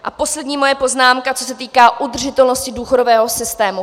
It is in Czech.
A poslední moje poznámka, co se týká udržitelnosti důchodového systému.